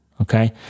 okay